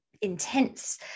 intense